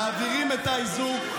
ומעבירים את האיזוק,